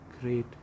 great